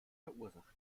verursacht